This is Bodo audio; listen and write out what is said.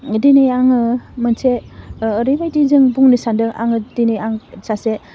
दिनै आङो मोनसे ओह ओरैबायदि जों बुंनो सानदों आङो दिनै आं सासे